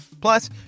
Plus